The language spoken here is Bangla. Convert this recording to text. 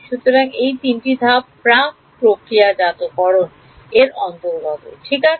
সুতরাং এই তিনটি ধাপ প্রাক প্রক্রিয়াজাতকরণ এর অন্তর্গত ঠিক আছে